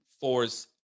force